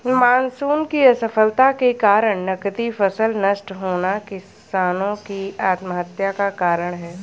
monsoon की असफलता के कारण नकदी फसल नष्ट होना किसानो की आत्महत्या का कारण है